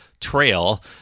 Trail